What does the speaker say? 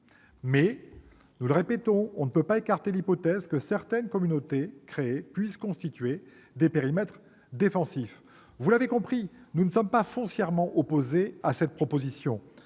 Mais on ne peut pas non plus écarter l'hypothèse que certaines communes-communautés créées puissent constituer des périmètres défensifs. Vous l'avez compris, nous ne sommes pas foncièrement opposés à cette proposition.